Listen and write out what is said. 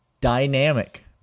dynamic